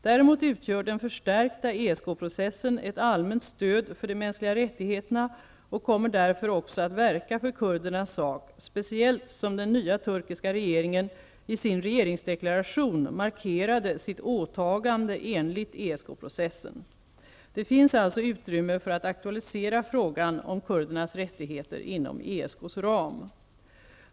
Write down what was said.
Däremot utgör den förstärkta ESK processen ett allmänt stöd för de mänskliga rättigheterna och kommer därför också att verka för kurdernas sak, speciellt som den nya turkiska regeringen i sin regeringsdeklaration markerade sitt åtagande enligt ESK-processen. Det finns alltså utrymme för att aktualisera frågan om kurdernas rättigheter inom ESK:s ram.